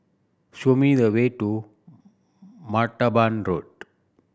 show me the way to Martaban Road